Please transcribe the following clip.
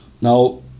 Now